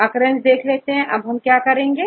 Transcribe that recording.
अब हमें occurence देखना है इसके लिए हम क्या करेंगे